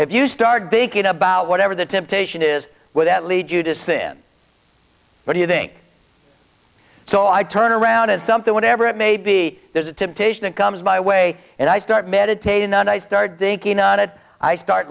if you start baking about whatever the temptation is with that lead you to sin but do you think so i turn around at something whatever it may be there's a temptation it comes my way and i start meditating and i start thinking on it i start